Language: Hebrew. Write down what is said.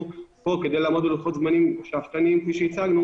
פה כדי לעמוד בלוחות זמנים שאפתניים כפי שהצגנו